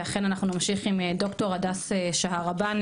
ואכן אנחנו נמשיך עם ד"ר הדס שהרבני,